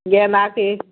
गेंदा के